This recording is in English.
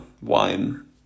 wine